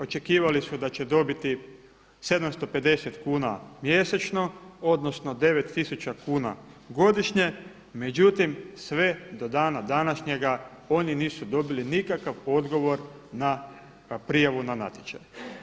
Očekivali su da će dobiti 750 kuna mjesečno odnosno 9 tisuća kuna godišnje, međutim sve do dana današnjega oni nisu dobili nikakav odgovor na prijavu na natječaj.